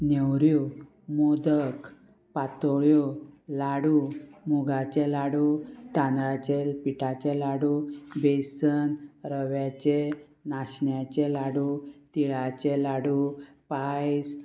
नेवऱ्यो मोदक पातोळ्यो लाडू मुगाचे लाडू तांदळाचे पिठाचे लाडू बेसन रव्याचे नाशण्याचे लाडू तिळाचे लाडू पायस